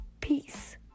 Peace